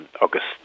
August